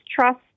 trust